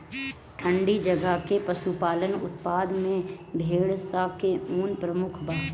ठंडी जगह के पशुपालन उत्पाद में भेड़ स के ऊन प्रमुख बा